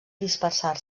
dispersar